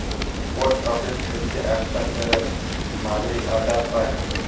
post আপিস থেক্যে আকটা ক্যারে মালি অর্ডার পায়